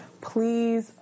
please